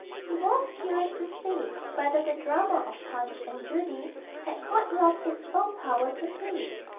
he was curious to see whether the drama of punch and judy had quite lost its old power to please.